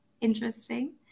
interesting